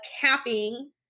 capping